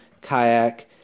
kayak